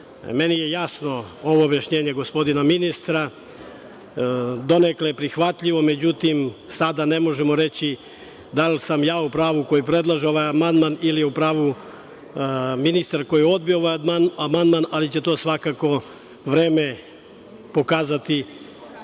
je jasno ovo objašnjenje gospodina ministra. Donekle je prihvatljivo međutim sada ne možemo reći da li sam ja u pravu koji predlažem ovaj amandman ili je u pravu ministar koji je odbio moj amandman ali će to svakako vreme pokazati